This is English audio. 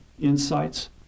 insights